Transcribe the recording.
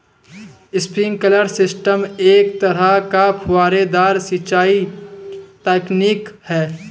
sprinkler system एक तरह का फुहारेदार सिंचाई तकनीक है